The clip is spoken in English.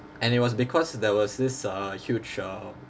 and it was because there was this uh huge uh